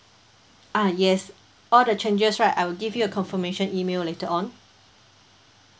ah yes all the changes right I will give you a confirmation email later on